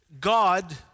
God